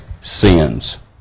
sins